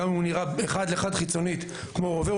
גם אם הוא נראה אחד לאחד חיצונית כמו רובה,